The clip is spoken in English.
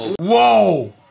Whoa